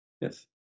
Yes